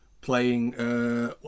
Playing